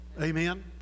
Amen